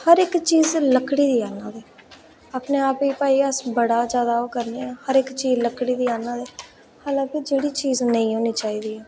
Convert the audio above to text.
हर इक्क चीज़़ लकड़ी दी आह्ना दे अस अपने आप गी जादै ओह् करने आं हर इक्क चीज़ लकड़ी दी आह्ना नेआं अलग जेह्ड़ी चीज़ नेईं होना चाहिदी